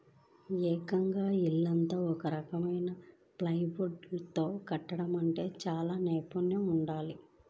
ఏకంగా ఇల్లంతా ఒక రకం ప్లైవుడ్ తో కట్టడమంటే చానా నైపున్నెం కావాలి